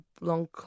long